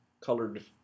colored